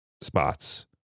spots